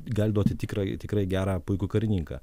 gali duoti tikra tikrai gerą puikų karininką